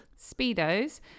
speedos